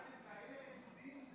מה זה, כאלה רדודים?